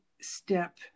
step